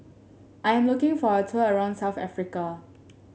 I'm looking for a tour around South Africa